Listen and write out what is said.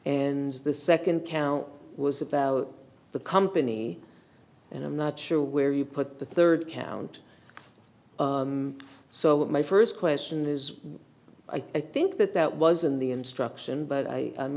and the second count was about the company and i'm not sure where you put the third count so what my first question is i think that that was in the instruction but i